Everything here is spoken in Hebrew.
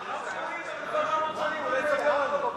עם רמקולים 1,400 שנים?